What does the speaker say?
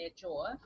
jaw